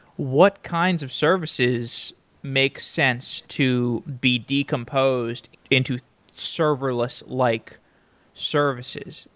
what kinds of services makes sense to be decomposed into serverless-like like services?